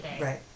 Right